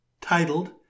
titled